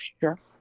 Sure